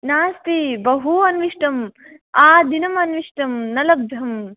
नास्ति बहु अन्विष्टम् आदिनम् अन्विष्टं न लब्धम्